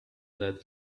led